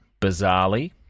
bizarrely